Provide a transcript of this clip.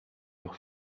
leurs